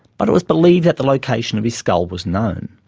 but it was believed that the location of his skull was known.